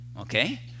Okay